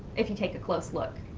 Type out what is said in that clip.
if you take a close look.